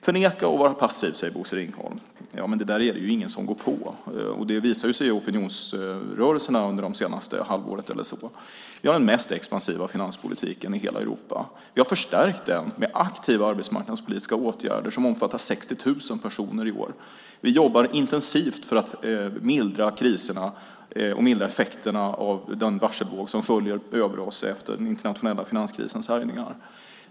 Förneka och vara passiv, säger Bosse Ringholm. Det där går ingen på. Det har visat sig i opinionsrörelserna det senaste halvåret. Vi har den mest expansiva finanspolitiken i hela Europa. Vi har förstärkt den med aktiva arbetsmarknadspolitiska åtgärder som omfattar 60 000 personer i år. Vi jobbar intensivt för att mildra kriserna och effekterna av den varselvåg som sköljer över oss efter den internationella finanskrisens härjningar.